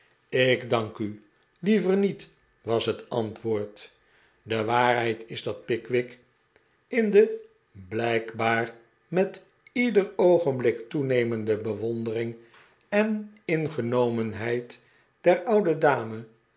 ik dank uj liever niet was het antwoord de waarheid is dat pickwick in de blijkbaar met ieder oogenblik toenemende bewondering en ingenomenheid der oude dame